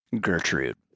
Gertrude